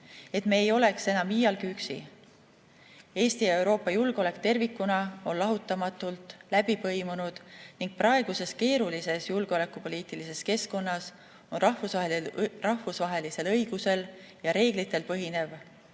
et me ei oleks enam iialgi üksi. Eesti ja Euroopa julgeolek tervikuna on lahutamatult läbi põimunud ning praeguses keerulises julgeolekupoliitilises keskkonnas on rahvusvahelisel õigusel ja reeglitel põhinev